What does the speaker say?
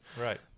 right